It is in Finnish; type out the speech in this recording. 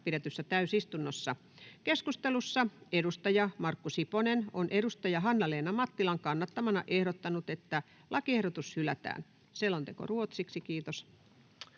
pidetyssä täysistunnossa. Keskustelussa edustaja Markku Siponen on edustaja Hanna-Leena Mattilan kannattamana ehdottanut, että lakiehdotus hylätään. — Selonteko ruotsiksi, kiitos.